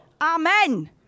Amen